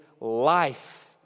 life